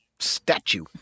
statue